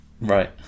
right